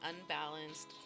unbalanced